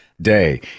day